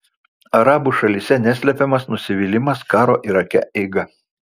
arabų šalyse neslepiamas nusivylimas karo irake eiga